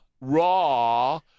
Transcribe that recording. raw